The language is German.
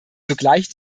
zugleich